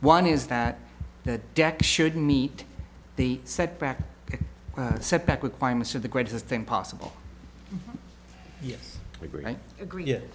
one is that the deck should meet the setback setback requirements of the greatest thing possible yes we agree i agree it